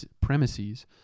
premises